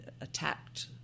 attacked